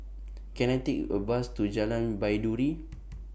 Can I Take A Bus to Jalan Baiduri